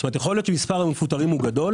זאת אומרת יכול להיות שמספר המפוטרים הוא גדול